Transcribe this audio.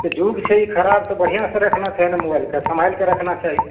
तऽ जुग छै ई खराब तऽ बढ़िआँ से रखना छै ने मोबाइलके सँभालिके रखना चाही